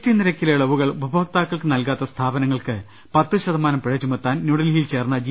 T നിരക്കിലെ ഇളവുകൾ ഉപഭോക്താക്കൾക്ക് നൽകാത്ത സ്ഥാപനങ്ങൾക്ക് പത്തുശതമാനം പിഴ ചുമത്താൻ ന്യൂഡൽഹിയിൽ ചേർന്ന ജി